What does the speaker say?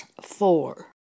four